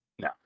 no